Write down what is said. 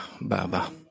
Baba